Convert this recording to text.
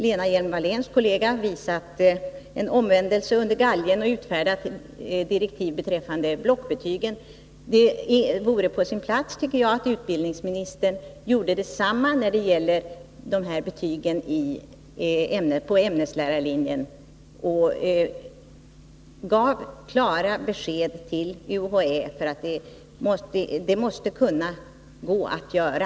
Lena Hjelm-Walléns kollega har visat prov på en omvändelse under galgen och utfärdat direktiv beträffande blockbetygen. Det vore på sin plats, tycker jag, att utbildningsministern gjorde detsamma när det gäller dessa betyg på ämneslärarlinjen och gav klara besked till UHÄ. Detta måste det vara möjligt att göra.